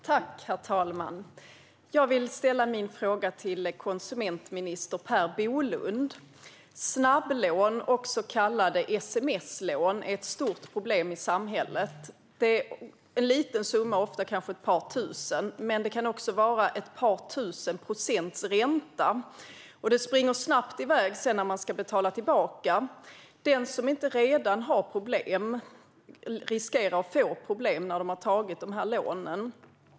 Herr talman! Jag vill ställa min fråga till konsumentminister Per Bolund. Snabblån och så kallade sms-lån är ett stort problem i samhället. Det är en liten summa, ofta kanske ett par tusen kronor. Men det kan också vara ett par tusen procents ränta. Det springer snabbt iväg när man sedan ska betala tillbaka. De som inte redan har problem riskerar att få problem när de tagit de här lånen.